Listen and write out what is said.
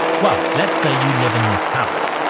well let's say you live in this house,